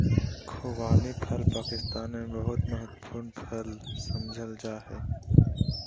खुबानी फल पाकिस्तान में बहुत महत्वपूर्ण फल समझल जा हइ